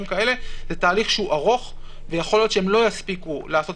זה תהליך ארוך ויכול להיות שלא יספיקו לעשות